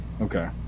Okay